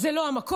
זה לא המקום.